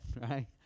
right